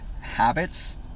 habits